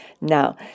Now